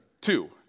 Two